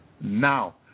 now